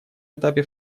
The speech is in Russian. этапе